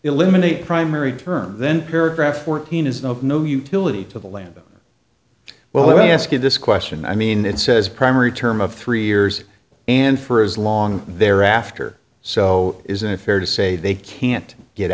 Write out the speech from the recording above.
eliminate primary term then paragraph fourteen is of no utility to the land well let me ask you this question i mean it says primary term of three years and for as long thereafter so isn't it fair to say they can't get